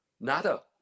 nada